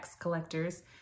collectors